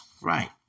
Right